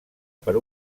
per